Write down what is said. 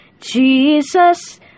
Jesus